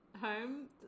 home